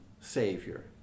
Savior